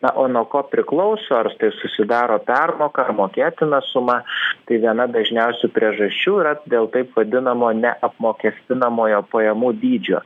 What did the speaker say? na o nuo ko priklauso ar tai susidaro permoka ar mokėtina suma tai viena dažniausių priežasčių yra dėl taip vadinamo neapmokestinamojo pajamų dydžio